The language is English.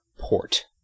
port